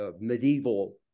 medieval